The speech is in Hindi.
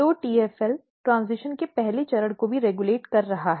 तो TFL ट्रेन्ज़िशन के पहले चरण को भी रेग्यूलेट कर रहा है